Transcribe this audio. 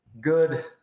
good